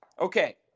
Okay